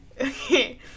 Okay